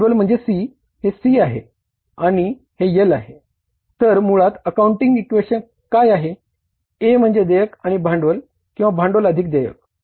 A म्हणजे देयक अधिक भांडवल किंवा भांडवल अधिक देयक